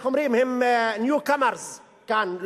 עם newcomers כאן,